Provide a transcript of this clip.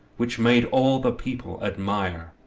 which made all the people admire.